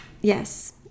Yes